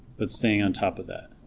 but staying on top of that,